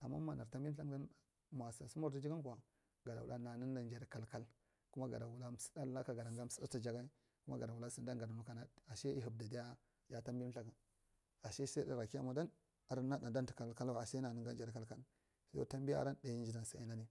ami ma nur tambi lthakun dan masi si murdigi gankwa gada wula nananda jadikal kal kuma gada wula saɗallaka gada ga saɗa ta jagɗ kuma gads wula sinda ganukana asai yi heɓdi diya ya tambi lthaku asai saidaira kiya mwa dan adi nan ɗadan tu kalkal wai asal nanangan jadi kalkal yau tambi oran ɗainye jidal sa inan.